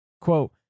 Quote